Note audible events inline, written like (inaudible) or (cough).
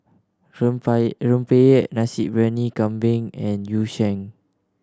(unintelligible) rempeyek Nasi Briyani Kambing and Yu Sheng